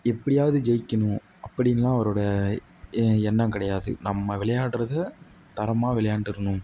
எப்படியாவது ஜெயிக்கணும் அப்படின்லாம் அவரோடய எண்ணம் கிடையாது நம்ம விளையாடுறத தரமாக விளையாண்டுடணும்